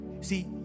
See